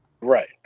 right